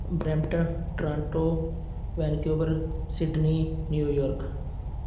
Brampton Toronto Vancouver Sydney New York